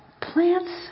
plants